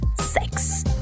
sex